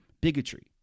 bigotry